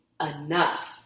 enough